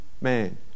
man